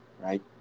right